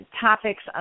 topics